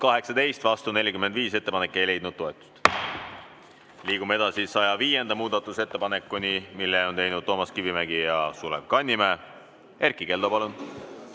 18, vastu 45. Ettepanek ei leidnud toetust. Liigume 105. muudatusettepaneku juurde, mille on teinud Toomas Kivimägi ja Sulev Kannimäe. Erkki Keldo, palun!